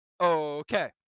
okay